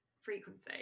frequency